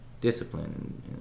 Discipline